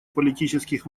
политических